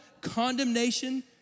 condemnation